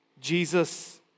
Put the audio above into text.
Jesus